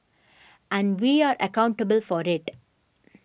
and we are accountable for it